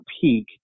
Peak